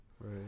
Right